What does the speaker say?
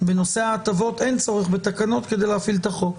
בנושא ההטבות אין צורך בתקנות כדי להפעיל את החוק.